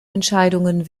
entscheidungen